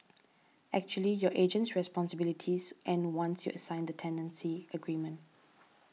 actually your agent's responsibilities end once you sign the tenancy agreement